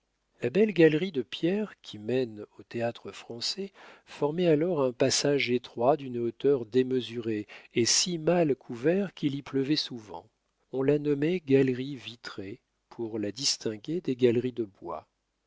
la belle galerie de pierre qui mène au théâtre-français formait alors un passage étroit d'une hauteur démesurée et si mal couvert qu'il y pleuvait souvent on la nommait galerie vitrée pour la distinguer des galeries de bois les toitures de ces